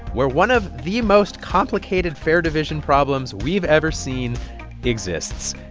where one of the most complicated fair division problems we've ever seen exists.